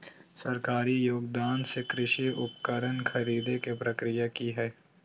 सरकारी योगदान से कृषि उपकरण खरीदे के प्रक्रिया की हय?